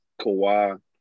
Kawhi